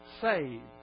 saved